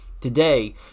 today